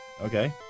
Okay